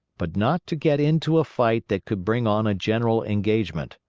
but not to get into a fight that could bring on a general engagement.